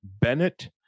Bennett